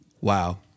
Wow